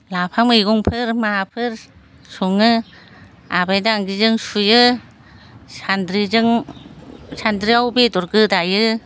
लाफा मैगंफोर माफोर सङो आबाय दांगिजों सुयो सानद्रिजों सानद्रियाव बेदर गोदायो